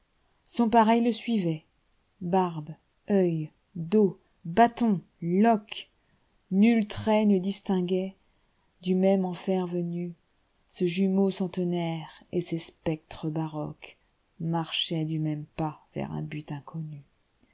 son pareil le suivait barbe œil dos bâton loques nul trait ne distinguait du même enfer venu ce jumeau centenaire et ces spectres baroquesmarchaient du même pas vers un but inconnu